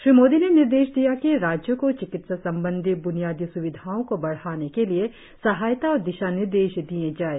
श्री मोदी ने निर्देश दिया कि राज्यों को चिकित्सा संबंधी ब्नियादी स्विधाओं को बढाने के लिए सहायता और दिशा निर्देश दिए जाएं